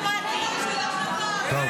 --- מגיעות לה שלוש דקות --- שלוש דקות.